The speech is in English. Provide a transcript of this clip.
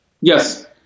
Yes